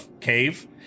cave